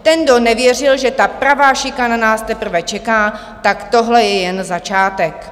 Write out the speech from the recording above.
Ten, kdo nevěřil, že ta pravá šikana nás teprve čeká, tak tohle je jen začátek.